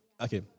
Okay